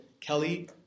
Kelly